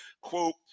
quote